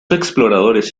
exploradores